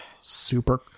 Super